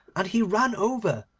and he ran over,